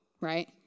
right